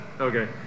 okay